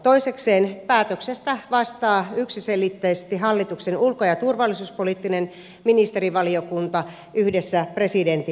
toisekseen päätöksestä vastaa yksiselitteisesti hallituksen ulko ja turvallisuuspoliittinen ministerivaliokunta yhdessä presidentin kanssa